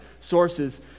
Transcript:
sources